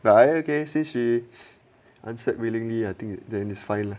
but err ok since she answered willingly I think it's fine lah